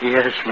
Yes